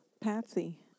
Patsy